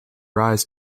rise